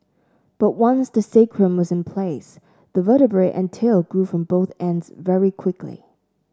but once the sacrum was in place the vertebrae and tail grew from both ends very quickly